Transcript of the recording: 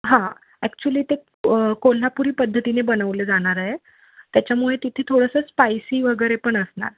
हां ॲक्च्युली ते कोल्हापुरी पद्धतीने बनवले जाणार आहे त्याच्यामुळे तिथे थोडंसं स्पायसी वगैरे पण असणार